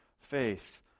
faith